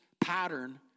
pattern